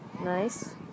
Nice